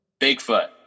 Bigfoot